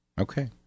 Okay